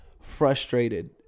frustrated